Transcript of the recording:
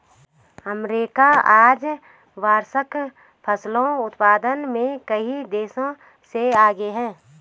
America आज वार्षिक फसल उत्पादन में कई देशों से आगे है